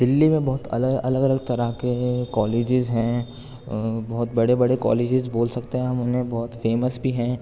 دلّی میں بہت الگ الگ الگ طرح کے کالجز ہیں بہت بڑے بڑے کالجز بول سکتے ہیں ہم انہیں بہت فیمس بھی ہیں